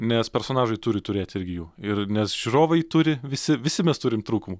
nes personažai turi turėti irgi jų ir nes žiūrovai turi visi visi mes turim trūkumų